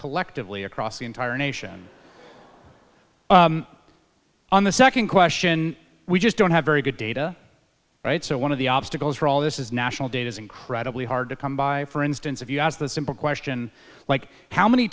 collectively across the entire nation on the second question we just don't have very good data right so one of the obstacles for all this is national data is incredibly hard to come by for instance if you ask the simple question like how many